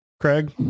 Craig